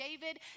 David